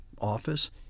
office